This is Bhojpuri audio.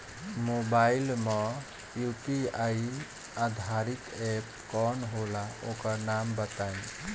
मोबाइल म यू.पी.आई आधारित एप कौन होला ओकर नाम बताईं?